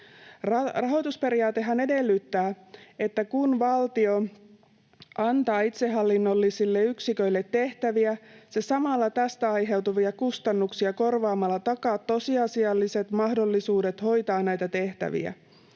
Rahoitusperiaatehan edellyttää, että kun valtio antaa itsehallinnollisille yksiköille tehtäviä, se samalla tästä aiheutuvia kustannuksia korvaamalla takaa tosiasialliset mahdollisuudet hoitaa näitä tehtäviä.